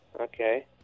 Okay